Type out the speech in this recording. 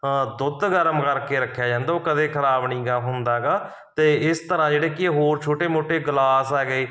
ਦੁੱਧ ਗਰਮ ਕਰਕੇ ਰੱਖਿਆ ਜਾਂਦਾ ਉਹ ਕਦੇ ਖ਼ਰਾਬ ਨਹੀਂ ਗਾ ਹੁੰਦਾ ਗਾ ਅਤੇ ਇਸ ਤਰ੍ਹਾਂ ਜਿਹੜੇ ਕੀ ਐ ਹੋਰ ਛੋਟੇ ਮੋਟੇ ਗਲਾਸ ਆ ਗਏ